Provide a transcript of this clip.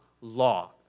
law